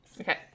Okay